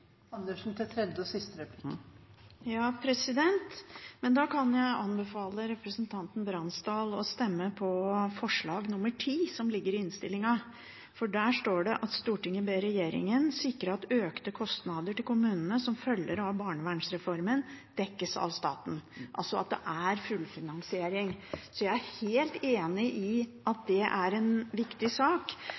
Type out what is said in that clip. Men da kan jeg anbefale representanten Bransdal å stemme på forslag nr. 10, som ligger i innstillingen, for der står det at Stortinget ber regjeringen sikre at økte kostnader til kommunene som følger av barnevernsreformen, dekkes av staten – altså at det er fullfinansiering. Så jeg er helt enig i at det er en viktig sak.